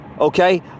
okay